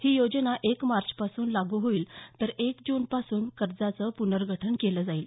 ही योजना एक मार्चपासून लागू होईल तर एक जूनपासून कर्जाचं प्नर्गठन केलं जाईल